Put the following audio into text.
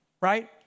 right